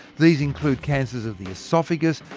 these include cancers of the oesophagus,